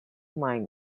mike